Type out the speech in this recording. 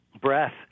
breath